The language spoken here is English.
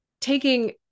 taking